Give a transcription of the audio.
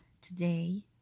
today